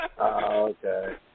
Okay